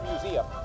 Museum